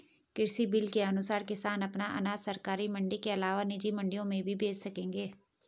कृषि बिल के अनुसार किसान अपना अनाज सरकारी मंडी के अलावा निजी मंडियों में भी बेच सकेंगे